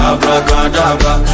Abracadabra